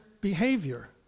behavior